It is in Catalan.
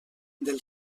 del